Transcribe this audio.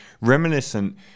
reminiscent